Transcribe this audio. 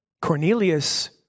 Cornelius